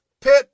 pit